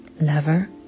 lover